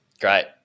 Great